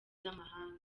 z’amahanga